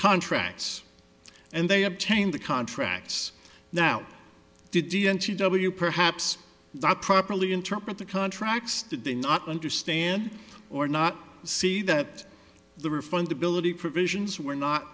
contracts and they obtained the contracts now did you and she w perhaps not properly interpret the contracts did they not understand or not see that the refund ability provisions were not